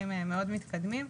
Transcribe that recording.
אחד הנושאים הכי קריטיים לעבודה.